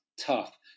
tough